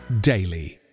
daily